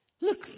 look